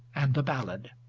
and the ballad.